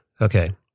Okay